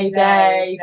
day